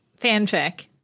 fanfic